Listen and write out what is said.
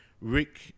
Rick